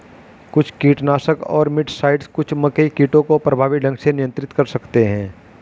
कुछ कीटनाशक और मिटसाइड्स कुछ मकई कीटों को प्रभावी ढंग से नियंत्रित कर सकते हैं